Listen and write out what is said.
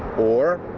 war,